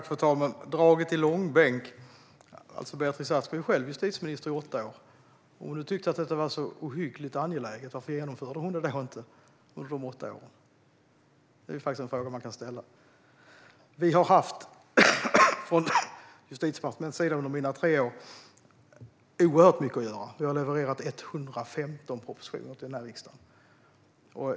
Fru talman! Dragit i långbänk - Beatrice Ask var själv justitieminister i åtta år. Om hon tyckte att detta var så ohyggligt angeläget, varför genomförde hon det då inte under de åtta åren? Det är faktiskt en fråga man kan ställa. Under mina tre år på Justitiedepartementet har vi haft oerhört mycket att göra. Vi har levererat 115 propositioner till riksdagen.